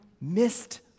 missed